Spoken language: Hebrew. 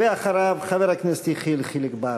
אחריו, חבר הכנסת יחיאל חיליק בר.